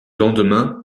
lendemain